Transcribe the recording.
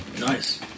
Nice